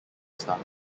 staff